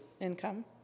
income